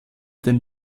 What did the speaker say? den